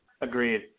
Agreed